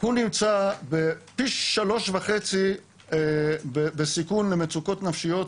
הוא נמצא בפי שלוש וחצי בסיכון למצוקות נפשיות,